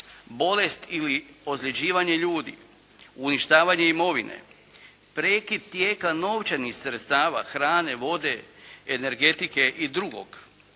bolest ili ozljeđivanje ljudi, uništavanje imovine, prekid tijeka novčanih sredstava, hrane, vode, energetike i drugog.